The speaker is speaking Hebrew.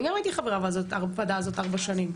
אני גם הייתי חברה בוועדה הזאת ארבע שנים,